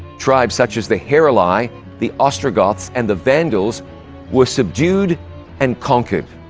tribes such as the heruli, the ostrogoths and the vandals were subdued and conquered.